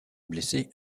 blessé